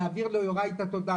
אעביר ליוראי את התודה.